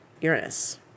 Uranus